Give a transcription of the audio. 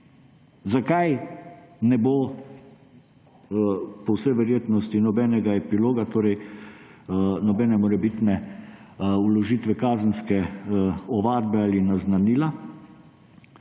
Zakaj ne bo po vsej verjetnosti nobenega epiloga, torej nobene morebitne vložitve kazenske ovadbe ali naznanila?